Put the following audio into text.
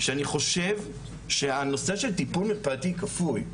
שאני חושב שהנושא של טיפול מרפאתי כפוי,